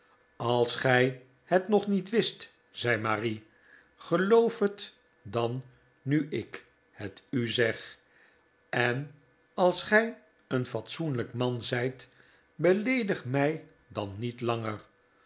als gij het nog niet wist r zei marie geloof het dan nu ik het u zeg en als gij een fatsoenlijk man zijt beleedig mij dan niet langer